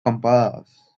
compass